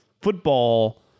Football